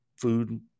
food